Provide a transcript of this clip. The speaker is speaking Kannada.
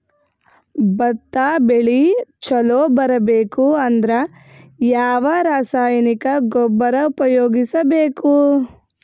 ಭತ್ತ ಬೆಳಿ ಚಲೋ ಬರಬೇಕು ಅಂದ್ರ ಯಾವ ರಾಸಾಯನಿಕ ಗೊಬ್ಬರ ಉಪಯೋಗಿಸ ಬೇಕು?